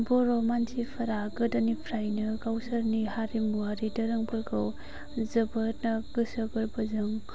बर' मानसिफ्रा गोदोनिफ्रायनो गावसोरनि हारिमुवारि दोरोमफोरखौ जोबोदनो गोसो गोरबोजों